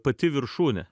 pati viršūnė